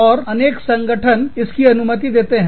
और अनेक संगठन इसकी अनुमति देते हैं